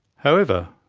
however,